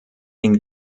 den